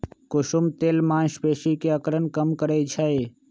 कुसुम तेल मांसपेशी के अकड़न कम करई छई